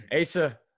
Asa